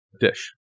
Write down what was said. dish